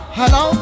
hello